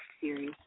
series